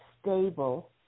stable